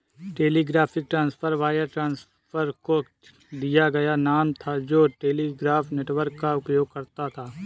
telegraphic transfer wire transfer को दिया गया नाम था जो टेलीग्राफ नेटवर्क का उपयोग करता था